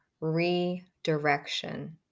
redirection